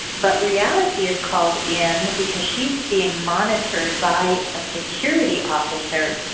but reality is called in, because she's being monitored by a security officer,